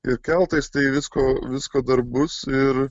ir keltais tai visko visko dar bus ir